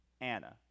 Anna